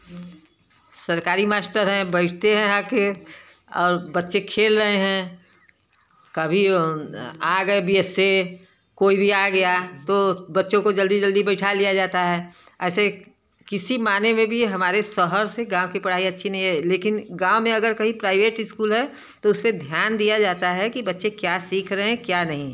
सरकारी मास्टर हैं बैठते हैं आकर और बच्चे खेल रहे हैं कभी आ गए बीच से कोई भी आ गया तो बच्चों को जल्दी जल्दी बैठा लिया जाता है ऐसे किसी मायने में भी हमारे शहर से गाँव की पढ़ाई अच्छी नहीं है गाँव में अगर कहीं प्राइवेट स्कूल है तो उस पर ध्यान दिया जाता है कि बच्चे क्या सीख रहे हैं क्या नहीं